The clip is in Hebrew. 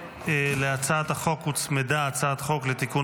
להצעת החוק הוצמדה הצעת חוק לתיקון